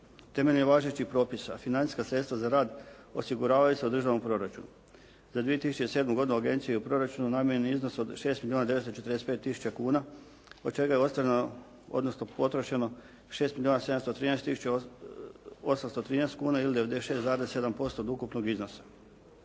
Temeljem važećih propisa financijska sredstva za rad osiguravaju se u državnom proračunu. Za 2007. godinu agenciji je u proračunu namijenjen iznos od 6 milijuna 945 tisuća kuna od čega je ostvareno odnosno potrošeno 6 milijuna 713 tisuća 813 kuna ili 96,7% od ukupnog iznosa.